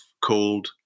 called